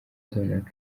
donald